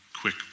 quick